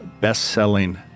best-selling